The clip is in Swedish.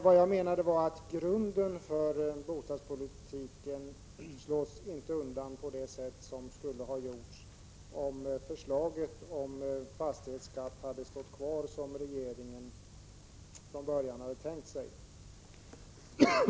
Det jag menade var att grunden för bostadspolitiken slås inte undan på det sätt som skulle ha skett om förslaget om fastighetsskatt hade stått kvar så som regeringen från början hade tänkt sig.